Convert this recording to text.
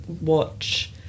watch